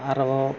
ᱟᱨᱦᱚᱸ